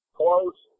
close